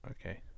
okay